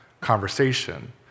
conversation